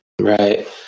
right